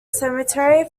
cemetery